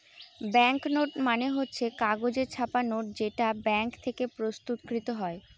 bank note মানে হচ্ছে কাগজে ছাপা নোট যেটা ব্যাঙ্ক থেকে প্রস্তুত কৃত হয়